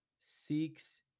seeks